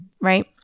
right